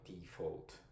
default